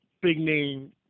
big-name